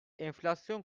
enflasyon